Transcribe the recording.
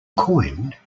coined